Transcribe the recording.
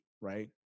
right